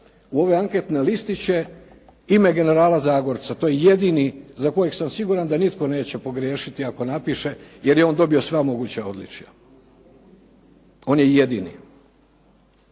u ove anketne listiće ime generala Zagorca. To je jedini za kojeg sam siguran da nitko neće pogriješiti ako napiše, jer je on dobio sva moguća odličja. On je jedini.